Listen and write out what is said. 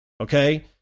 okay